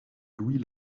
louis